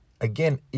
Again